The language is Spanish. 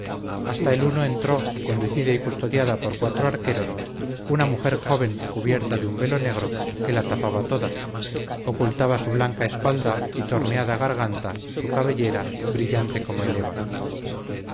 hasta el uno entró conducida y custodiada por cuatro archeros una mujer joven cubierta de un velo negro que la tapaba toda ocultaba su blanca espalda y torneada garganta su cabellera brillante como el ébano